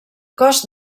cost